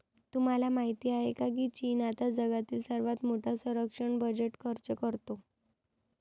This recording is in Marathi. तुम्हाला माहिती आहे का की चीन आता जगातील सर्वात मोठा संरक्षण बजेट खर्च करतो?